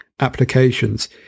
applications